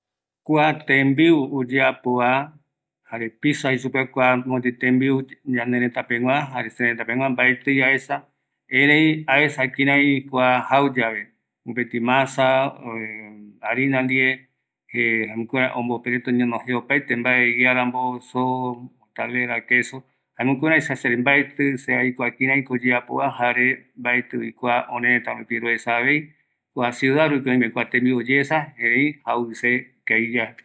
﻿Kua tembiu oyeapova jare pizza jei supeva, kua mopeti tembiu ñanërëta pegua jare sereta pegua mbaetii aesa, erei aesa kirai kua jau yave mopeti masa harina ndie jukurai ombope reta oñono je opaete mbae iarambo soo, kalera, keso jaema jukurai mbaeti se aikua kiraiko oyeapova jare mbaetivi kua orëreta rupi roesavei kua ciuda rupi oime kua tembiu oyesa erei jauvise ikaviyae